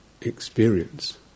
experience